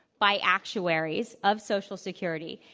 by actuaries of social security.